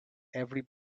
every